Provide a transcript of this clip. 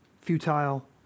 Futile